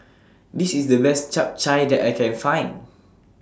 This IS The Best Chap Chai that I Can Find